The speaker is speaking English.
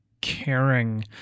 caring